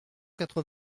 quatre